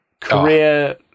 career